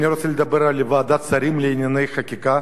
אני רוצה לדבר על ועדת שרים לענייני חקיקה,